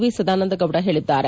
V Sadananda Gowda ಹೇಳಿದ್ದಾರೆ